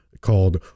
called